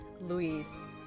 Luis